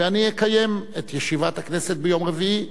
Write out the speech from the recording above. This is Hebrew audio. ואני אקיים את ישיבת הכנסת ביום רביעי